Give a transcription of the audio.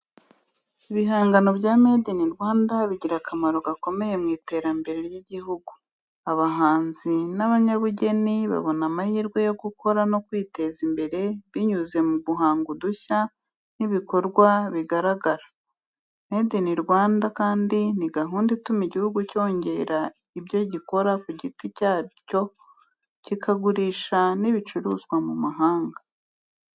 Ibihangano bya “Made in Rwanda” bigira akamaro gakomeye mu iterambere ry’igihugu. Abahanzi n’abanyabugeni babona amahirwe yo gukora no kwiteza imbere binyuze mu guhanga udushya n’ibikorwa bigaragara. Made in Rwanda kandi ni gahunda ituma igihugu cyongera ibyo gikora ku giti cyacyo, kikagurisha n'ibicuruzwa mu mahanga.